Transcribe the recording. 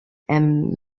and